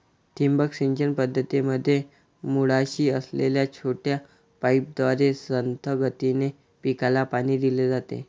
ठिबक सिंचन पद्धतीमध्ये मुळाशी असलेल्या छोट्या पाईपद्वारे संथ गतीने पिकाला पाणी दिले जाते